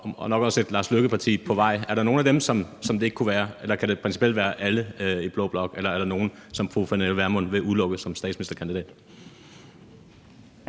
og nok også et Lars Løkke-parti på vej – er der nogen af dem, som det ikke kunne være? Kan det principielt være alle i blå blok, eller er der nogen, som fru Pernille Vermund vil udelukke som statsministerkandidat? Kl.